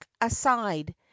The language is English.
aside